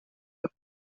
أذهب